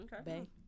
okay